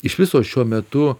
iš viso šiuo metu